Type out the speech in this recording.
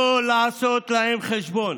לא לעשות להם חשבון,